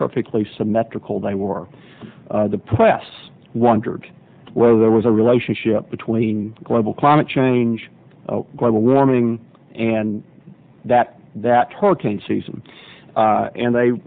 perfectly symmetrical they were the press wondered whether there was a relationship between global climate change global warming and that that hurricane season and they